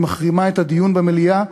היא מחרימה את הדיון במליאה,